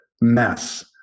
mess